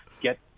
get